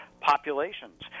populations